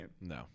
No